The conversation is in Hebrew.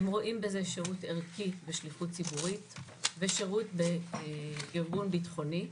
הם רואים בזה שירות ערכי בשליחות ציבורית ושירות בארגון ביטחוני.